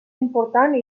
important